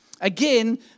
Again